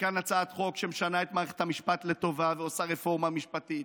וכאן הצעת חוק שמשנה את מערכת המשפט לטובה ועושה רפורמה משפטית,